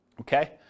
okay